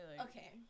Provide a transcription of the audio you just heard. Okay